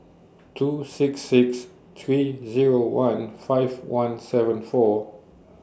two six six three Zero one five one seven four